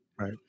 Right